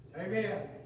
Amen